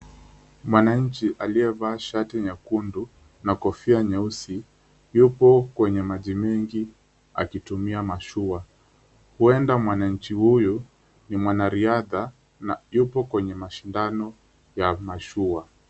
Mwananchi aliyevaa shati nyekundu na kofia nyeusi, yupo kwenye maji mingi akitumia mashua. Huenda mwananchi huyu ni mwanariadha nayupo kwenye mashindano ya